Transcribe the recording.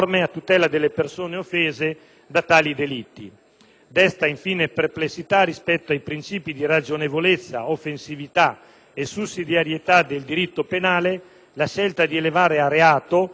Desta infine perplessità rispetto ai principi di ragionevolezza, offensività e sussidiarietà del diritto penale la scelta di elevare a reato una condotta non solo priva dì reale offensività